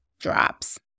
drops